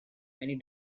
many